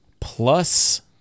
plus